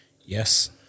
Yes